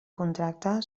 contracte